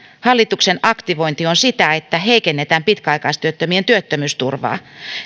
hallituksen aktivointi on sitä että heikennetään pitkäaikaistyöttömien työttömyysturvaa